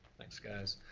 thanks guys.